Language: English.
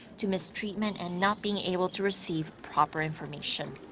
to mistreatment and not being able to receive proper information.